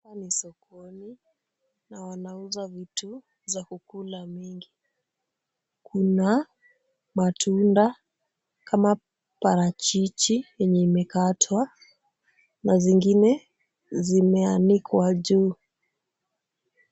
Huku ni sokoni na wanauza vitu za kukula mingi. Kuna matunda kama parachichi yenye imekatwa na zingine zimeanikwa juu.